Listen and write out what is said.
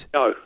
no